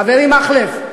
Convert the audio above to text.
חברי מקלב,